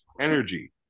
energy